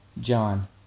John